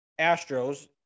Astros